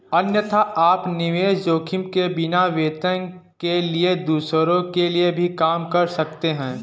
अन्यथा, आप निवेश जोखिम के बिना, वेतन के लिए दूसरों के लिए भी काम कर सकते हैं